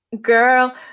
Girl